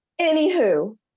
Anywho